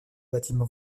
bâtiment